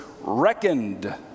reckoned